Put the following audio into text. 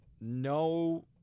no